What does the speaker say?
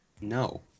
no